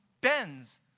bends